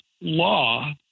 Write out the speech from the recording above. law